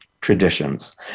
traditions